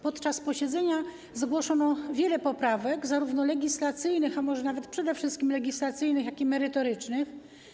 Podczas posiedzenia komisji zgłoszono wiele poprawek zarówno legislacyjnych - a może przede wszystkim legislacyjnych - jak i merytorycznych.